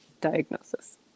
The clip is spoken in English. diagnosis